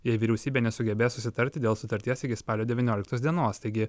jei vyriausybė nesugebės susitarti dėl sutarties iki spalio devynioliktos dienos taigi